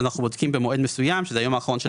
אנחנו בודקים במועד מסוים שזה היום האחרון של